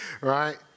Right